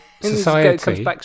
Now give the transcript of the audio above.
society